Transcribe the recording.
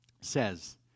says